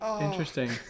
interesting